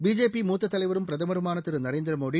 BJP மூத்த தலைவரும் பிரதமருமான திரு நரேந்திரமோடி